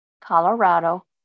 Colorado